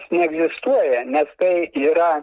neegzistuoja nes tai yra